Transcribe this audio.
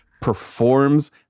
Performs